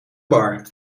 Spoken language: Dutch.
bar